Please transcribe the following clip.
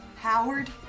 Howard